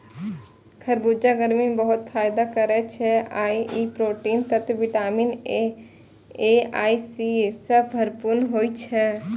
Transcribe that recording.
खरबूजा गर्मी मे बहुत फायदा करै छै आ ई पौष्टिक तत्व विटामिन ए आ सी सं भरपूर होइ छै